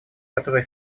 которые